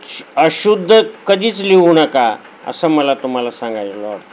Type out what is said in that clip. अशुद्ध कधीच लिहू नका असं मला तुम्हाला सांगायला होतं